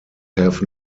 have